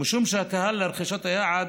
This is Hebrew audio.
וקהל היעד